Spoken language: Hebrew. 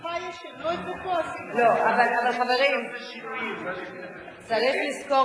בזכותך ישנו את זה פה, עשית, חברים, צריך לזכור